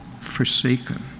forsaken